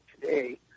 today